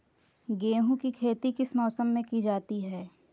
गेहूँ की खेती किस मौसम में की जाती है?